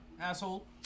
asshole